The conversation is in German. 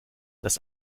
das